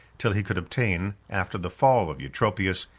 till he could obtain, after the fall of eutropius,